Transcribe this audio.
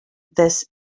this